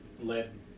Led